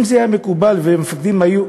אם זה היה מקובל ומפקדים היו,